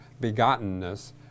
begottenness